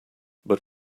but